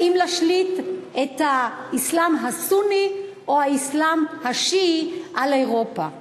האם להשליט את האסלאם הסוני או האסלאם השיעי על אירופה.